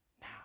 now